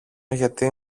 γιατί